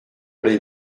les